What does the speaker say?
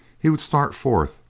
he would start forth,